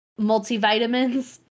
multivitamins